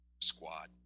squad